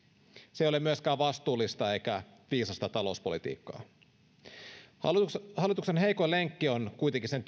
se ei ole myöskään vastuullista eikä viisasta talouspolitiikkaa hallituksen heikoin lenkki on kuitenkin sen